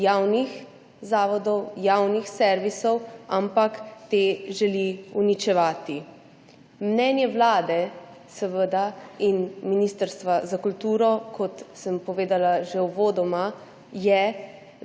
javnih zavodov, javnih servisov, ampak te želi uničevati. Mnenje Vlade in Ministrstva za kulturo, kot sem povedala že uvodoma, je,